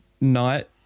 night